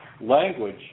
language